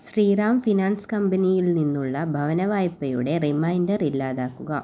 Sriram finance കമ്പനിയിൽ നിന്നുള്ള ഭവന വായ്പയുടെ റിമൈൻഡർ ഇല്ലാതാക്കുക